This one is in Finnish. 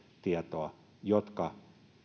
tietoa joka